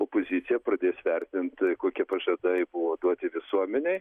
opozicija pradės vertint kokie pažadai buvo duoti visuomenei